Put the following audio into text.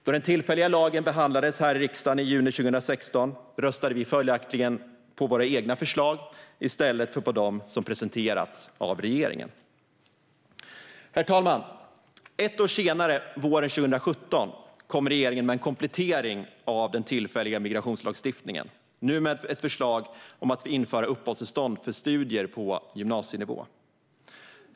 Då den tillfälliga lagen behandlades här i riksdagen i juni 2016 röstade vi följaktligen på våra egna förslag i stället för på dem som presenterats av regeringen. Herr talman! Ett år senare, våren 2017, kom regeringen med en komplettering av den tillfälliga migrationslagstiftningen, nu med ett förslag om att införa uppehållstillstånd för studier på gymnasienivå.